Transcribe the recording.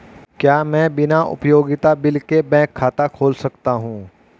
क्या मैं बिना उपयोगिता बिल के बैंक खाता खोल सकता हूँ?